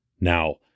Now